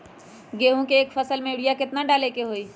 गेंहू के एक फसल में यूरिया केतना डाले के होई?